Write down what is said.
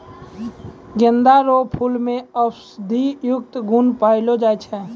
गेंदा रो फूल मे औषधियुक्त गुण पयलो जाय छै